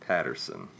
Patterson